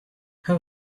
how